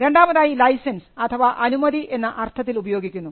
രണ്ടാമതായി ലൈസൻസ് അഥവാ അനുമതി എന്ന അർത്ഥത്തിൽ ഉപയോഗിക്കുന്നു